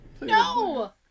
No